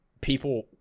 people